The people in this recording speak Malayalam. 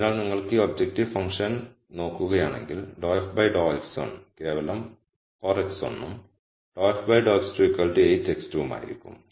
അതിനാൽ നിങ്ങൾ ഈ ഒബ്ജക്റ്റീവ് ഫങ്ക്ഷൻ നോക്കുകയാണെങ്കിൽ ∂f ∂x1 കേവലം 4 x1 ഉം ∂f ∂x2 8 x2 ഉം ആയിരിക്കും